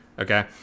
okay